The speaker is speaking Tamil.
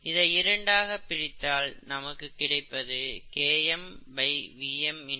இதை இரண்டாக பிரித்தால் நமக்கு கிடைப்பது Km VmS மற்றும் 1Vm